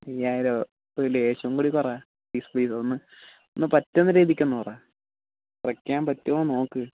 അയ്യായിരമോ ഒരു ലേശം കൂടി കുറയ്ക്ക് പ്ലീസ് പ്ലീസ് ഒന്ന് പറ്റുന്നരീതിക്കൊന്നു കുറയ്ക്ക് കുറക്കാൻ പറ്റുമോന്ന് നോക്ക്